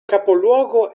capoluogo